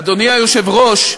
אדוני היושב-ראש,